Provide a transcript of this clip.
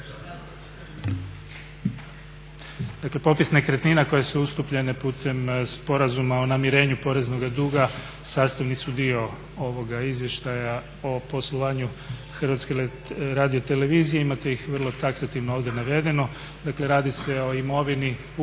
Dakle, popis nekretnina koje su ustupljene kroz Sporazum o namirenju poreznoga duga sastavni su dio ovoga Izvještaja o poslovanju HRT-a, imate ih vrlo taksativno ovdje navedeno. Dakle, radi se o imovini ukupnoj